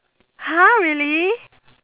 !huh! really